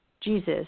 Jesus